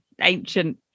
ancient